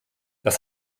das